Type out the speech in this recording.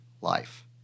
life